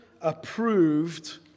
approved